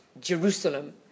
Jerusalem